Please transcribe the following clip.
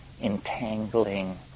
entangling